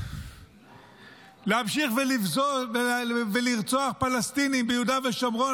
להמשיך ולרצוח פלסטינים ביהודה ושומרון